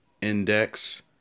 index